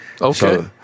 Okay